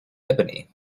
ebony